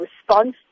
response